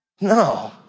No